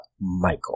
Michael